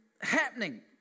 happening